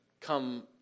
come